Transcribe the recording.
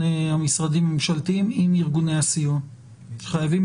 המשרדים הממשלתיים עם ארגוני הסיוע שחייבים,